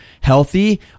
healthy